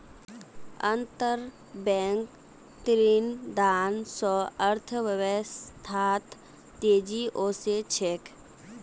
अंतरबैंक ऋणदान स अर्थव्यवस्थात तेजी ओसे छेक